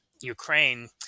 ukraine